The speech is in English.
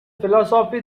philosophy